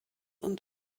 und